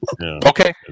okay